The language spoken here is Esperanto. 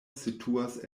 situas